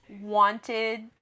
wanted